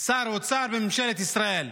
שר אוצר בממשלת ישראל.